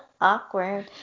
Awkward